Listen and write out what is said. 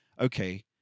Okay